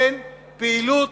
אין פעילות